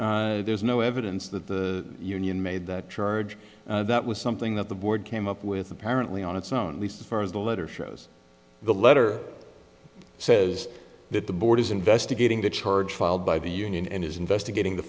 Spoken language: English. there's no evidence that the union made that charge that was something that the board came up with apparently on its own least as far as the letter shows the letter says that the board is investigating the charge filed by the union and is investigating the